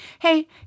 hey